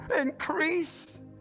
Increase